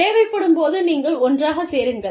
தேவைப்படும் போது நீங்கள் ஒன்றாகச் சேருங்கள்